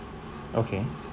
okay